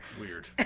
Weird